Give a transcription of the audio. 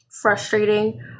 frustrating